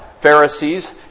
Pharisees